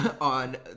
on